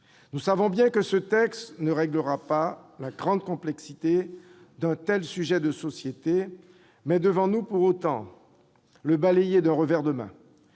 Nous savons bien que ce texte ne répondra pas à la grande complexité d'un tel sujet de société, mais devons-nous, pour autant, le balayer d'un revers de main